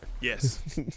Yes